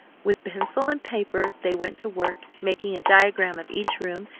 with pencil and paper they went to work, making a diagram of each room,